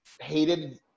hated